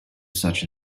such